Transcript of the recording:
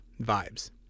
vibes